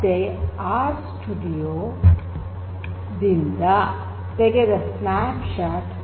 ಮತ್ತೆ ಇದು R studio ದಿಂದ ತೆಗೆದ ಸ್ನ್ಯಾಪ್ಶಾಟ್